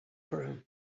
broom